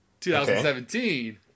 2017